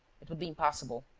it would be impossible.